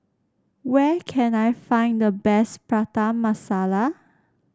where can I find the best Prata Masala